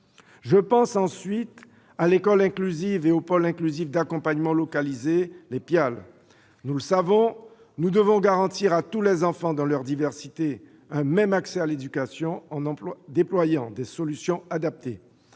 S'agissant de l'école inclusive et des pôles inclusifs d'accompagnement localisés, les PIAL, nous devons garantir à tous les enfants, dans leur diversité, un même accès à l'éducation, en déployant des solutions adaptées.